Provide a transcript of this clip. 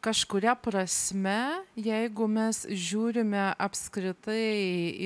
kažkuria prasme jeigu mes žiūrime apskritai